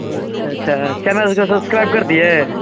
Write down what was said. ओह अच्छा अच्छा चैनल को सब्सक्राइब कर दिए